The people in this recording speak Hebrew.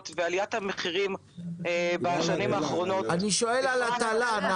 לנוכח עליית המחירים בשנים האחרונות --- נעמה,